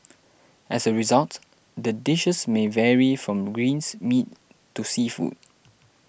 as a result the dishes may vary from greens meat to seafood